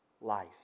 life